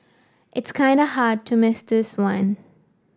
it's kinda hard to miss this one